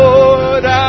Lord